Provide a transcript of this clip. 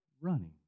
running